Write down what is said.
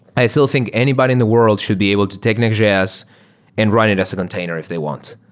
i still think anybody in the world should be able to take nextjs and run it as a container if they want.